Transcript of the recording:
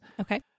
Okay